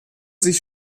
sich